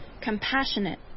compassionate